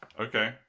Okay